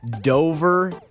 Dover